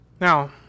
Now